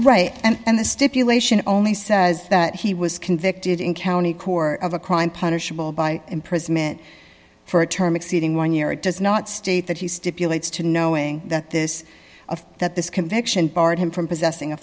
right and the stipulation only says that he was convicted in county court of a crime punishable by imprisonment for a term exceeding one year it does not state that he stipulates to knowing that this of that this conviction barred him from possessing a